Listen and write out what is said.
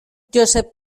josep